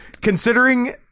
Considering